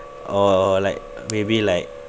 or like maybe like